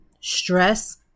stress